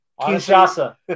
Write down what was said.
Kinshasa